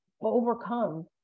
overcome